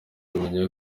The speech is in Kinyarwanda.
mumenya